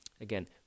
Again